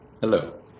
Hello